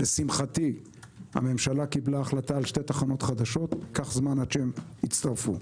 לשמחתי הממשלה קיבלה החלטה על שתי תחנות חדשות וייקח זמן עד שהן יצטרפו.